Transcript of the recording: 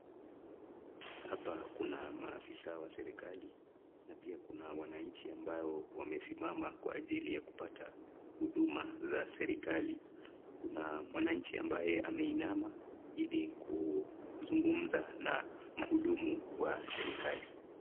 Hapa kuna maafisa wa serekali na pia kuna wananchi ambao wamesimama kwa ajili ya kupata huduma za serekali. Kuna mwananchi ambaye ameinama ili kuzungumza na mhudumu wa serekali.